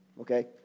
okay